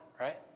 right